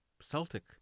Celtic